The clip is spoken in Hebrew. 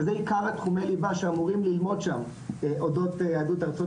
שזה עיקר תחומי ליבה שאמורים ללמוד שם אודות יהדות ארצות